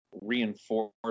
Reinforce